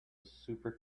super